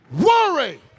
worry